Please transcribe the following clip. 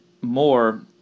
more